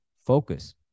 Focus